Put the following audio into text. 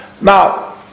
Now